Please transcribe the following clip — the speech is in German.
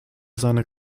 seine